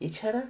এছাড়া